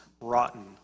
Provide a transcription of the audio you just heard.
rotten